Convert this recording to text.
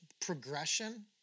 progression